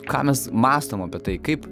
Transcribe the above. ką mes mąstom apie tai kaip